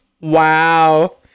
wow